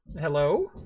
Hello